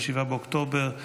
ב-7 באוקטובר,